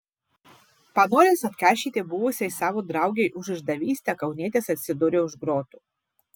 panoręs atkeršyti buvusiai savo draugei už išdavystę kaunietis atsidūrė už grotų